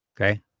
okay